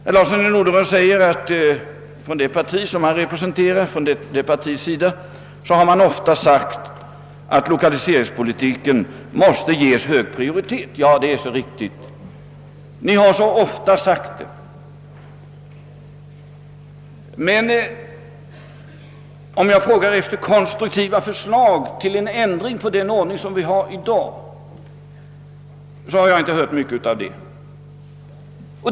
Herr Larsson i Norderön framhöll att det parti han representerar ofta har sagt att lokaliseringspolitiken måste ges hög prioritet. Ja, det är så riktigt att ni ofta har sagt det. Men några konstruktiva förslag till ändringar av den ordning som vi har i dag har jag inte hört er framlägga.